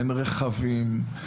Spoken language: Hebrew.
אין רכבים.